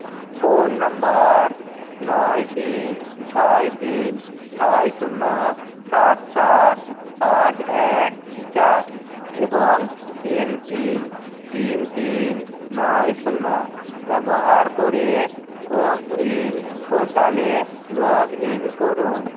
phone নম্বর নয় তিন ছয় তিন ছয় শূন্য সাত সাত পাঁচ এক চার এবং এম পিন তিন তিন নয় শূন্য ব্যবহার করে কো উইন পোর্টালে লগ ইন করুন